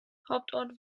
hauptort